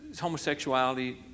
homosexuality